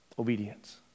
obedience